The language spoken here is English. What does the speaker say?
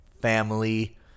family